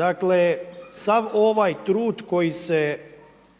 Dakle, sav ovaj trud koji se,